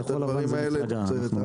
"כחול לבן" זה שם של מפלגה.